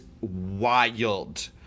wild